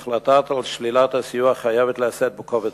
החלטה על שלילת הסיוע חייבת להיעשות בכובד